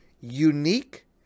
unique